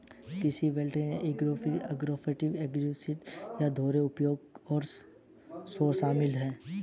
कृषि वोल्टेइक में agrivoltaic agro photovoltaic agrisol या दोहरे उपयोग वाले सौर शामिल है